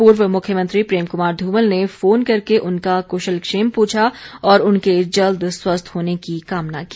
पूर्व मुख्यमंत्री प्रेम कुमार ध्रमल ने फोन करके उनका कुक्षलक्षेम पूछा और उनके जल्द स्वस्थ होने की कामना की